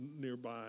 nearby